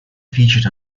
featured